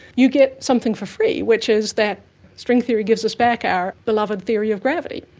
you get something for free which is that string theory gives us back our beloved theory of gravity.